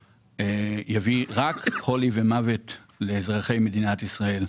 רק חולי ומוות לאזרחי מדינת ישראל.